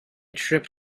trip